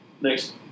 next